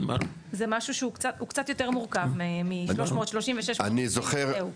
זה משהו שהוא קצת יותר מורכב מ-330 ו-660 וזהו.